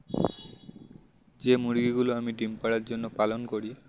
যে মুরগিগুলো আমি ডিম পাড়ার জন্য পালন করি